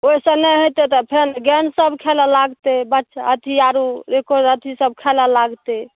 ओहिसँ नहि होयतै तऽ फेन गेंद सब खेलऽ लागतै बच्चा अथी आरू अथी सब खेलऽ लागतै